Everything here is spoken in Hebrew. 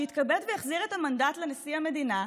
יתכבד ויחזיר את המנדט לנשיא המדינה,